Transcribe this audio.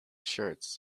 shirts